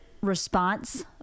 response